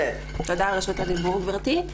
תודה על רשות הדיבור, גברתי.